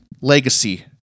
legacy